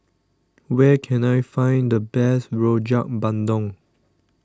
where can I find the best Rojak Bandung